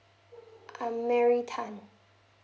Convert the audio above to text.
I'm mary tan